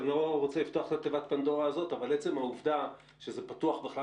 אני לא רוצה לפתוח את תיבת הפנדורה הזו אבל עצם העובדה שזה פתוח בכלל